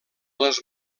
les